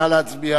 נא להצביע.